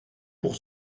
pour